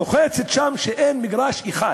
לוחצת שם מכיוון שאין מגרש אחד.